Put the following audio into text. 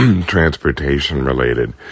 transportation-related